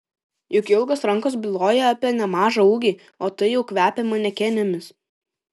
juk ilgos rankos byloja apie nemažą ūgį o tai jau kvepia manekenėmis